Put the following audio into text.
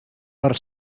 per